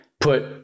put